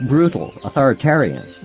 brutal, authoritarian,